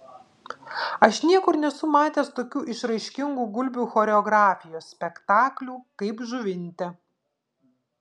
aš niekur nesu matęs tokių išraiškingų gulbių choreografijos spektaklių kaip žuvinte